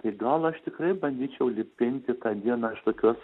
tai gal aš tikrai bandyčiau lipinti tą dieną iš tokios